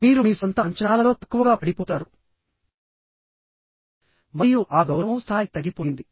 మీరు మీ సొంత అంచనాలలో తక్కువగా పడిపోతారు మరియు ఆ గౌరవం స్థాయి తగ్గిపోయింది